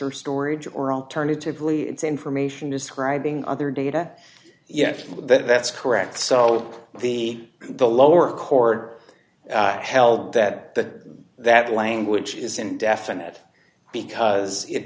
or storage or alternatively it's information describing other data yes that's correct so the the lower court held that the that language is indefinite because it